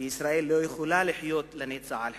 וישראל לא יכולה לחיות לנצח על חרבה.